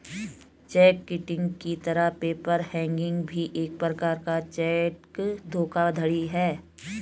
check kiting की तरह paper hanging भी एक प्रकार का चेक धोखाधड़ी है